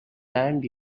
land